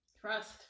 Trust